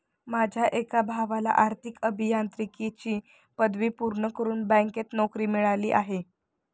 माझ्या एका भावाला आर्थिक अभियांत्रिकीची पदवी पूर्ण करून बँकेत नोकरी मिळाली आहे